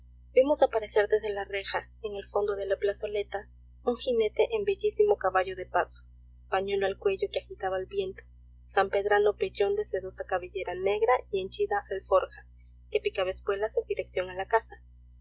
vimos aparecer desde la reja en el fondo de la plazoleta un jinete en bellísimo caballo de paso pañuelo al cuello que agitaba el viento sanpedrano pellón de sedosa cabellera negra y henchida alforja que picaba espuelas en dirección a la casa